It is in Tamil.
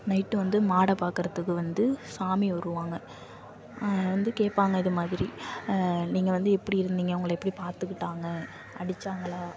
நைட் வந்து மாடை பார்க்குறதுக்கு வந்து சாமி வருவாங்க வந்து கேட்பாங்க இதை மாதிரி நீங்கள் வந்து எப்படி இருந்தீங்க உங்களை எப்படி பார்த்துக்கிட்டாங்க அடிச்சாங்களா